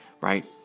Right